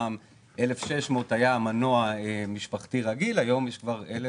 פעם 1600 היה מנוע משפחתי רגיל היום יש גם 1,000,